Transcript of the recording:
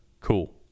Cool